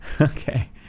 Okay